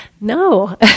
No